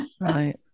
Right